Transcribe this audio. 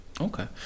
okay